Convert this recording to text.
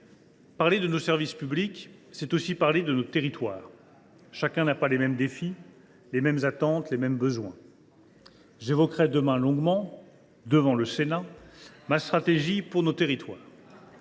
parler de nos services publics, c’est aussi évoquer nos territoires. Chacun n’a pas les mêmes défis, les mêmes attentes, ni les mêmes besoins. « Demain, j’évoquerai longuement, devant le Sénat, ma stratégie pour nos territoires.